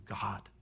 God